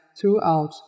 throughout